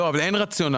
לא, אבל אין רציונל.